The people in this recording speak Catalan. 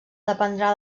dependrà